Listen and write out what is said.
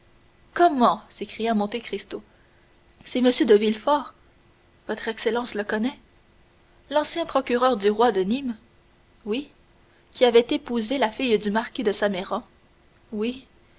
comment s'écria monte cristo c'est m de villefort votre excellence le connaît l'ancien procureur du roi de nîmes oui qui avait épousé la fille du marquis de saint méran oui